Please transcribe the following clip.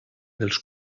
dels